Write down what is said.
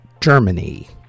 Germany